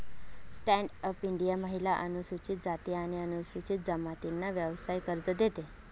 stand up India महिला, अनुसूचित जाती आणि अनुसूचित जमातींना व्यवसाय कर्ज देते